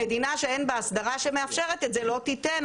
מדינה שאין בה אסדרה שמאפשרת את זה, לא תיתן.